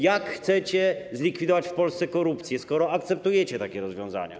Jak chcecie zlikwidować w Polsce korupcję, skoro akceptujecie takie rozwiązania?